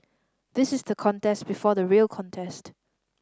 this is the contest before the real contest